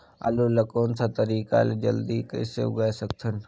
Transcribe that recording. आलू ला कोन सा तरीका ले जल्दी कइसे उगाय सकथन?